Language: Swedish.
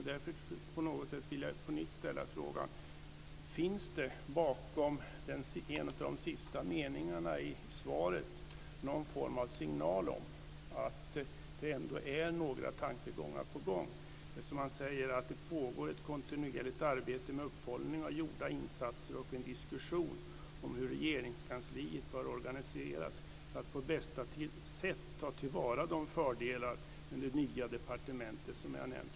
Därför vill jag på nytt ställa frågan: Finns det bakom en av de sista meningarna i svaret någon form av signal om att det ändå finns några tankegångar om detta? Man säger att det pågår ett kontinuerligt arbete med uppföljning av gjorda insatser och en diskussion om hur Regeringskansliet bör organiseras för att på bästa sätt ta till vara de fördelar med det nya departementet som har nämnts.